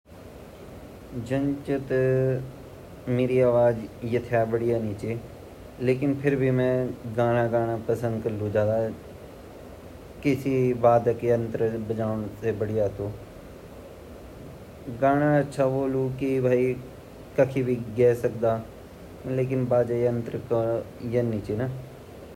मि ज़्यादा तर गाना गाण पसंद करोलु किलेकी जब मैं गाना गोलू ता मेरा हाथ पैर अपरा आप वाद्य यंत्र ते बड़ला अर वैसे मेते द्वी-द्वी फायदा वे जान तो बस येमा ता भोत ज़रूरी ची गाना मा एक्सपर्ट वॉन्ड चैन ता हमा अंदर अपना आप वाद्य यंत्रे झंकार ए जांदी।